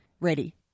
ready